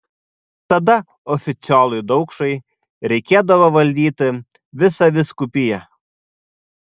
tada oficiolui daukšai reikėdavo valdyti visą vyskupiją